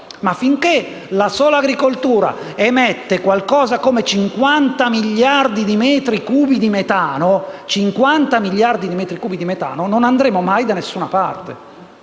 Ma finché la sola agricoltura emetterà circa 50 miliardi di metri cubi di metano, non andremo mai da nessuna parte.